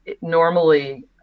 normally